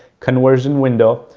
conversion window.